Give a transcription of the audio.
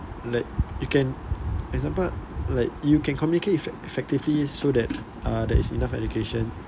like you can example like you can communicate effect~ effectively so that uh that is enough education